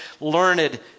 learned